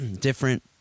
different